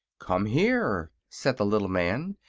come here, said the little man,